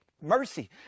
mercy